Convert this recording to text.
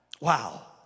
Wow